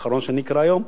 האחרון שאקרא היום.